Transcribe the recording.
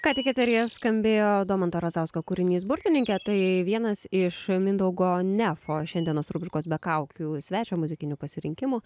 ką tik eteryje skambėjo domanto razausko kūrinys burtininkė tai vienas iš mindaugo nefo šiandienos rubrikos be kaukių svečio muzikinių pasirinkimų